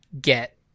get